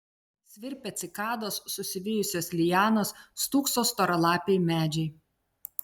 svirpia cikados susivijusios lianos stūkso storalapiai medžiai